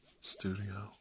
studio